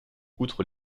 outre